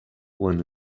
when